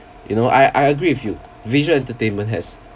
you know I I agree with you visual entertainment has